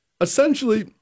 essentially